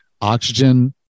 Oxygen